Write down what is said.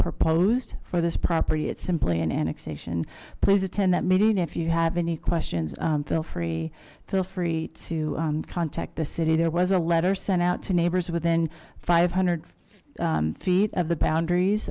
proposed for this property it's simply an annexation please attend that meeting and if you have any questions feel free feel free to contact the city there was a letter sent out to neighbors within five hundred feet of the boundaries